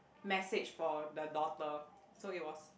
message for the daughter so he was